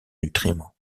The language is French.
nutriments